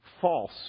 false